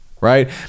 right